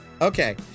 Okay